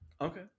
Okay